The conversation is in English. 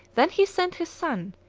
then he sent his son,